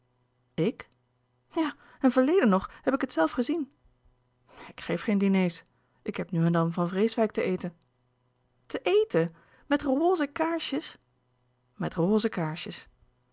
ik ja en verleden nog heb ik het zelf gezien ik geef geen diners ik heb nu en dan van vreeswijck ten eten ten eten met roze kaarsjes met roze kaarsjes